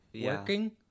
Working